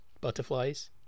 Butterflies